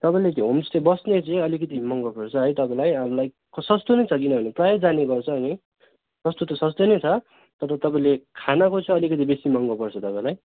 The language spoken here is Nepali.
तपाईँलाई चाहिँ होमस्टे बस्ने चाहिँ अलिकति महँगो पर्छ है तपाईँलाई लाइक सस्तो नै छ किनभने प्रायै जाने गर्छ नि सस्तो त सस्तो नै छ तर तपाईँले खानाको चाहिँ अलिकति बेसी महँगो पर्छ तपाईँलाई